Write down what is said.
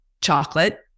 chocolate